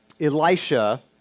Elisha